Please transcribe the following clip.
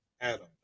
Adam